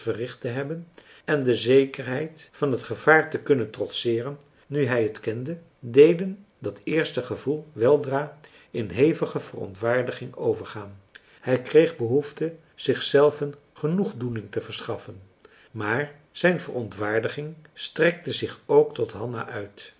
verricht te hebben en de zekerheid van het gevaar te kunnen trotseeren nu hij t kende deden dat eerste marcellus emants een drietal novellen gevoel weldra in hevige verontwaardiging overgaan hij kreeg behoefte zich zelven genoegdoening te verschaffen maar zijn verontwaardiging strekte zich ook tot hanna uit